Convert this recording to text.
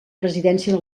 presidència